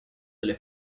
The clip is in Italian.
delle